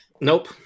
nope